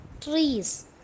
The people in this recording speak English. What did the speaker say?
trees